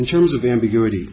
in terms of ambiguity